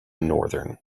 northern